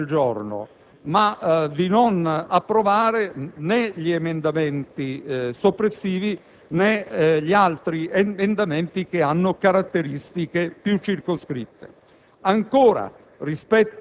accogliere quegli ordini del giorno e di non approvare né gli emendamenti soppressivi, né gli altri emendamenti che hanno caratteristiche più circoscritte.